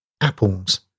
apples